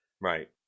right